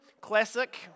classic